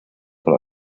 von